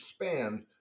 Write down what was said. expand